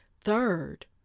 Third